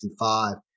1965